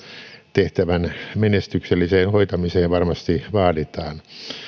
tehtävän menestykselliseen hoitamiseen varmasti vaaditaan